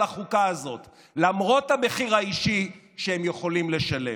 החוקה הזאת למרות המחיר האישי שהם יכולים לשלם.